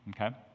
okay